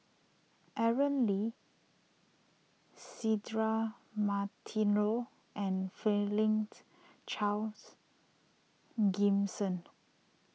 Aaron Lee Cedric Monteiro and Franklin's Charles Gimson